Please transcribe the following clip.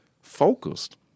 focused